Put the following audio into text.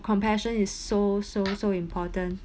compassion is so so so important